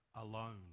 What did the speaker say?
alone